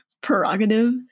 prerogative